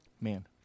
Man